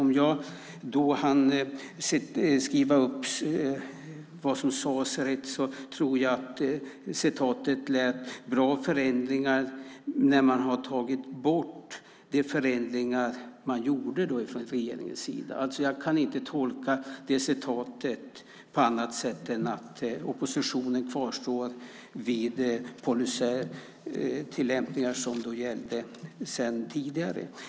Om jag rätt hann skriva upp vad som sades var det: Bra förändringar när man har tagit bort de förändringar man gjorde från regeringens sida. Jag kan inte tolka det på annat sätt än att oppositionen kvarstår vid tillämpningar som gällde sedan tidigare.